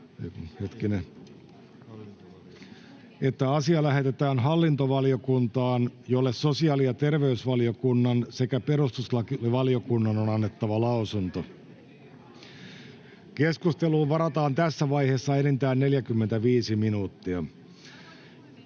että asia lähetetään talousvaliokuntaan, jolle sosiaali- ja terveysvaliokunnan ja perustuslakivaliokunnan on annettava lausunto. Keskusteluun varataan tässä vaiheessa niin ikään enintään 45 minuuttia.